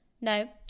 No